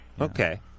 Okay